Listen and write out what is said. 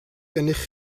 gennych